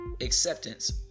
acceptance